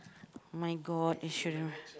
my-god